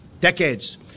decades